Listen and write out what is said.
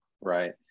Right